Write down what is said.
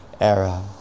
era